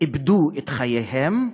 איבדו את חייהם,